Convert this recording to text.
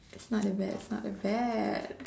it's not that bad it's not that bad